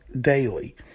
daily